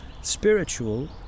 Spiritual